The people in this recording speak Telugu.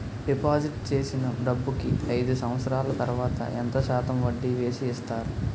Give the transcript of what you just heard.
డిపాజిట్ చేసిన డబ్బుకి అయిదు సంవత్సరాల తర్వాత ఎంత శాతం వడ్డీ వేసి ఇస్తారు?